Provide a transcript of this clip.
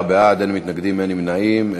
24 בעד, אין מתנגדים, אין נמנעים.